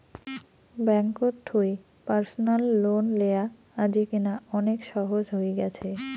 ব্যাঙ্ককোত থুই personal loan লেয়া আজিকেনা অনেক সহজ হই গ্যাছে